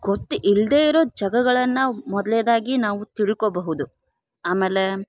ಗೊತ್ತು ಇಲ್ಲದೆ ಇರೊ ಜಗಗಳನ್ನ ಮೊದಲನೇದಾಗಿ ನಾವು ತಿಳ್ಕೋಬಹುದು ಆಮೇಲೆ